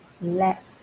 let